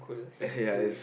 ya it's